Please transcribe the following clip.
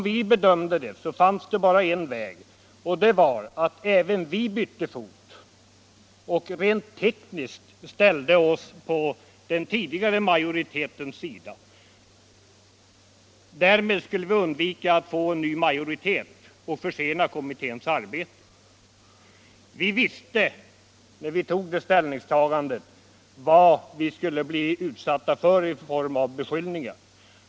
Vi bedömde det så att det bara fanns en väg att gå och det var att även vi bytte fot och rent tekniskt ställde oss på den tidigare majoritetens sida. Därmed skulle vi undvika att få en ny majoritet och försena kommitténs arbete. När vi gjorde detta ställningstagande visste vi vilka beskyllningar vi skulle bli utsatta för.